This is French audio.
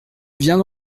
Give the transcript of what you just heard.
viens